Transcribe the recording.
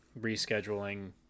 rescheduling